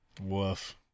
Woof